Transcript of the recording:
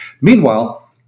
meanwhile